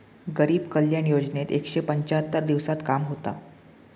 गरीब कल्याण योजनेत एकशे पंच्याहत्तर दिवसांत काम होता